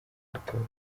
y’itora